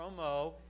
promo